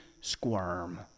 squirm